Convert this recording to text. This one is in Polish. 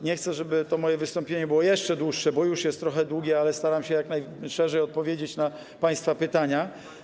Nie chcę, żeby to moje wystąpienie było jeszcze dłuższe, bo już jest trochę długie, ale staram się jak najszerzej odpowiedzieć na państwa pytania.